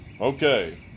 Okay